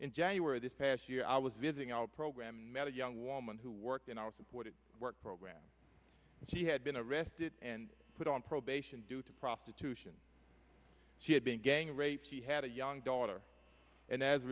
in january this past year i was visiting our program and met a young woman who worked in our supported work program and she had been arrested and put on probation due to prostitution she had been gay a rape she had a young daughter and as a